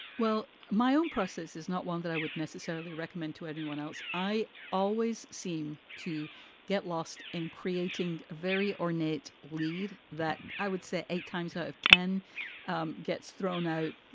well, my own process is not one that i would necessarily recommend to anyone else. i always seem to get lost in creating very ornate lead that i would say eight times out ah of ten um gets thrown out.